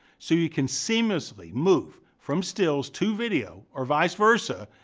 so you can seamlessly move from stills to video, or vice-versa,